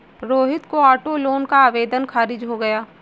रोहित के auto loan का आवेदन खारिज हो गया